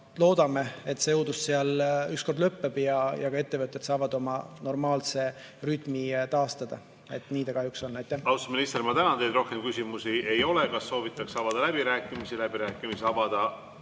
loodame, et see õudus seal [Ukrainas] ükskord lõppeb ja ka ettevõtted saavad oma normaalse rütmi taastada. Nii ta kahjuks on.